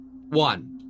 One